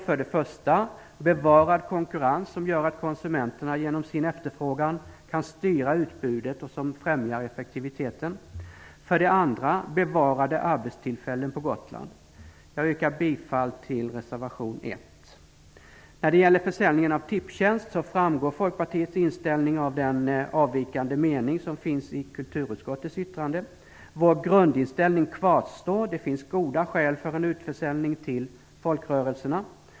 För det första: Bevarad konkurrens som dels gör att konsumenterna genom sin efterfrågan kan styra utbudet, dels främjar effektiviteten. För det andra: Bevarade arbetstillfällen på Gotland. Jag yrkar bifall till reservation 1. Folkpartiets inställning till försäljningen av Tipstjänst framgår av en av de avvikande meningar som finns i kulturutskottets yttrande. Vår grundinställning kvarstår: Det finns goda skäl för en utförsäljning till folkrörelserna.